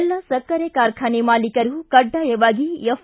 ಎಲ್ಲ ಸಕ್ಕರೆ ಕಾರ್ಖಾನೆ ಮಾಲೀಕರು ಕಡ್ಡಾಯವಾಗಿ ಎಫ್